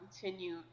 continue